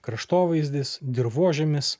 kraštovaizdis dirvožemis